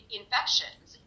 infections